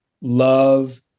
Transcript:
love